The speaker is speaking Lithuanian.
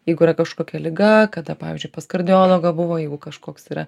jeigu yra kažkokia liga kada pavyzdžiui pas kardiologą buvo jeigu kažkoks yra